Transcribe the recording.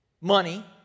Money